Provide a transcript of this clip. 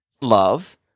Love